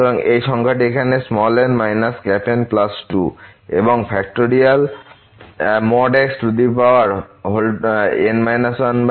সুতরাং এই সংখ্যাটি এখানে n N2 এবং xN 1N 1